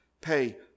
Pay